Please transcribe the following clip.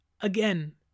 again